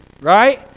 Right